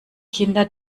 kinder